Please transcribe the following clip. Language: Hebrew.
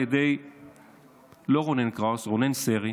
לא על ידי רונן קראוס אלא רונן סרי,